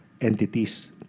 entities